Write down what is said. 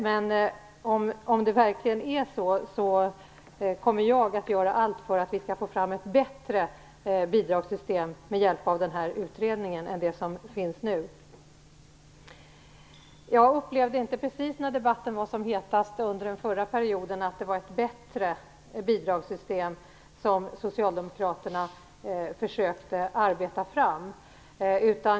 Men om det verkligen är så, kommer jag att göra allt för att vi med hjälp av utredningen skall få fram ett bättre bidragssystem än det som finns nu. Jag upplevde inte precis när debatten under den förra perioden var som hetast att det var ett bättre bidragssystem som socialdemokraterna försökte arbeta fram.